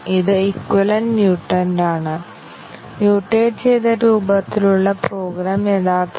ഇവിടെ control flow ഗ്രാഫിൽ പാത്തുകൾ നിർവചിച്ചിരിക്കുന്നിടത്ത് നിങ്ങൾ ചർച്ച ചെയ്ത പാത്ത് കവറേജിൽ നിന്ന് വ്യത്യസ്തമാണ് ഇത്